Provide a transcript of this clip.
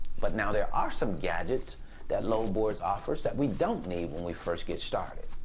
but now there are some gadgets that load boards offers that we don't need when we first get started.